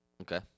Okay